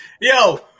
Yo